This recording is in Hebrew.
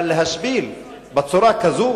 אבל להשפיל בצורה כזו?